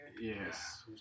Yes